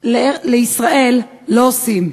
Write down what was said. לישראל לא עושים.